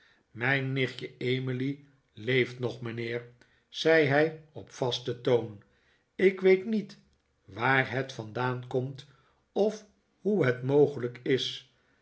mijn nichtje emily leeft nog mijnheer zei hij op vasten toon ik weet niet waar het vandaan komt of hoe het mogelijk is